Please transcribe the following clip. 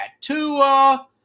Tua